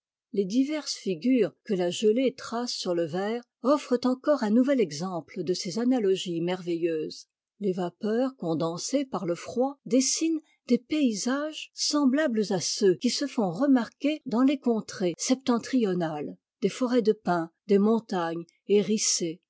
les diverses figures que la gelée trace sur le verre offrent encore un nouvel exemple de ces analogies merveilleuses les vapeurs condensées par le froid dessinent des paysages semblables à ceux qui se font remarquer dans les contrées septentrionales des forêts de pins des montagnes hérissées